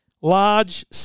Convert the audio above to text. large